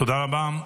תודה רבה.